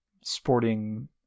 sporting